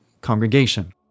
Congregation